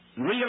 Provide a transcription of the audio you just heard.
real